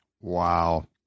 Wow